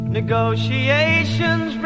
negotiations